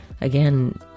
again